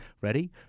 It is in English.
Ready